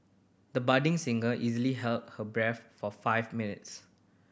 the budding singer easily held her breath for five minutes